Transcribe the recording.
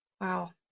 Wow